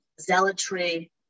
zealotry